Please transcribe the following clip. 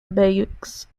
bayeux